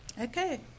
Okay